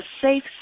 safe